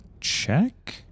check